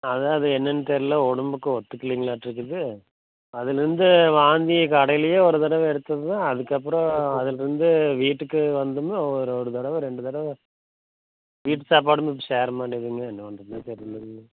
அதுதான் அது என்னென்னு தெரியல உடம்புக்கு ஒத்துக்கில்லிங்கலாட்டம் இருக்குது அதிலேருந்து வாந்தி கடையிலேயே ஒரு தடவை எடுத்ததுங்க அதுக்கப்புறம் அதிலேருந்து வீட்டுக்கு வந்துமே ஒரு ஒரு தடவை ரெண்டு தடவை வீட்டு சாப்பாடு நமக்கு சேர மாட்டேங்கிறதுங்க என்ன பண்ணுறதுன்னே தெரியலங்க